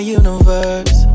universe